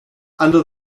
under